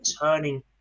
turning